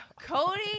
Cody